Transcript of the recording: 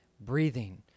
breathing